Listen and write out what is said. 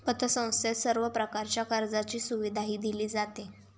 पतसंस्थेत सर्व प्रकारच्या कर्जाची सुविधाही दिली जाते